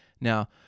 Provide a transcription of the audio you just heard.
Now